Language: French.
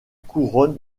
couronne